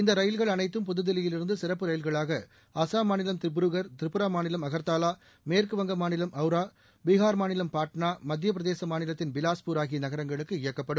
இந்த ரயில்கள் அளைத்தும் புதுதில்லியில் இருந்து சிறப்பு ரயில்களாக அசாம் மாநிலம் திப்ருகர் திபுரா மாநிலம் அகர்தலா மேற்குவங்க மாநிலம் அவுரா பீகார் மாநிலம் பாட்னா மத்தியப்பிரதேச மரிநலத்தின் பிலாஸ்பூர் ஆகிய நகரங்களுக்கு இயக்கப்படும்